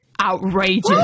Outrageous